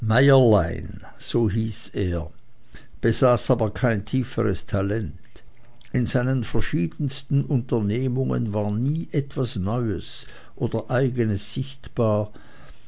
so hieß er besaß aber kein tieferes talent in seinen verschiedensten unternehmungen war nie etwas neues oder eigenes sichtbar